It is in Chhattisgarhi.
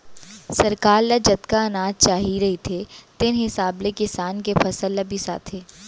सरकार ल जतका अनाज चाही रहिथे तेन हिसाब ले किसान के फसल ल बिसाथे